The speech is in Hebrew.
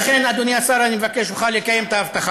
ולכן, אדוני השר, אדוני השר, הזמן שלו נגמר.